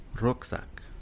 Rucksack